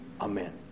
Amen